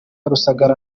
rusagara